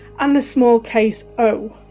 and the small case, o